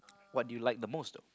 what do you like the most though